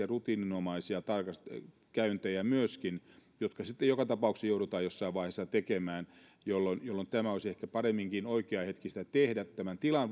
rutiininomaisia tarkastuskäyntejä jotka joka tapauksessa joudutaan jossain vaiheessa tekemään tämä olisi ehkä paremminkin oikea hetki sitä tehdä tämän tilan